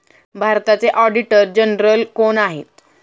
भारताचे auditor general कोण आहेत?